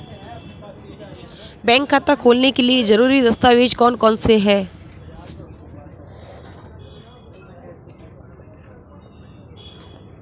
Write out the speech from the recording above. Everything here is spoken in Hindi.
बैंक खाता खोलने के लिए ज़रूरी दस्तावेज़ कौन कौनसे हैं?